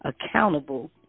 accountable